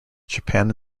japan